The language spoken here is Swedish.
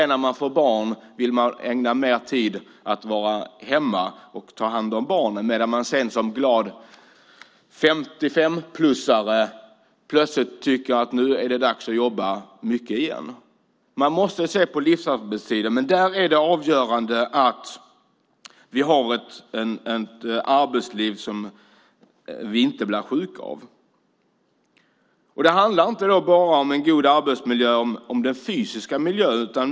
När man får barn vill man ägna mer tid hemma och ta hand om barnen medan man sedan som glad 55-plussare plötsligt tycker att det är dags att jobba mycket igen. Man måste se på livsarbetstiden. Där är det avgörande att vi har ett arbetsliv som vi inte blir sjuka av. Det handlar inte bara om en god arbetsmiljö och om den fysiska miljön.